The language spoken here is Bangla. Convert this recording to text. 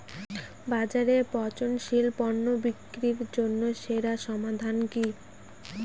বাজারে পচনশীল পণ্য বিক্রির জন্য সেরা সমাধান কি?